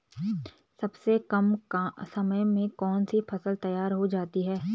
सबसे कम समय में कौन सी फसल तैयार हो जाती है?